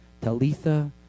Talitha